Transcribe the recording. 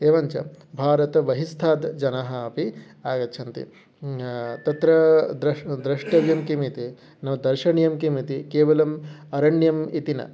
एवञ्च भारतबहिस्थात् जनाः अपि आगच्छन्ति तत्र द्रष्टुं द्रष्टव्यं किमिति दर्शनीयं किमिति केवलम् अरण्यम् इति न